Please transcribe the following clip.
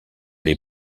les